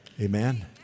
amen